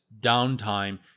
downtime